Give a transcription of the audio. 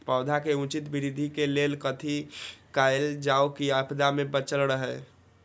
पौधा के उचित वृद्धि के लेल कथि कायल जाओ की आपदा में बचल रहे?